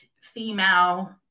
female